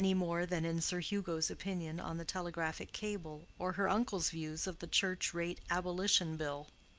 any more than in sir hugo's opinion on the telegraphic cable or her uncle's views of the church rate abolition bill.